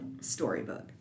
storybook